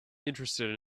interested